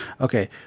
Okay